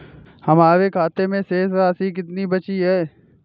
हमारे खाते में शेष राशि कितनी बची है?